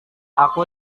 aku